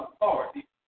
authority